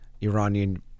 Iranian